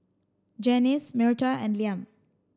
Janyce Myrta and Liam